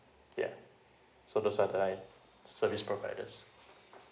yeah so the satellite service providers